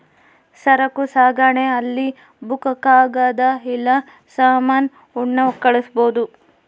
ಸರಕು ಸಾಗಣೆ ಅಲ್ಲಿ ಬುಕ್ಕ ಕಾಗದ ಇಲ್ಲ ಸಾಮಾನ ಉಣ್ಣವ್ ಕಳ್ಸ್ಬೊದು